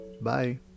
Bye